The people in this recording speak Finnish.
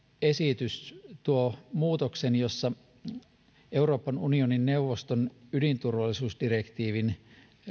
esitys tuo muutoksen koska euroopan unionin neuvoston ydinturvallisuusdirektiivin